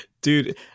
Dude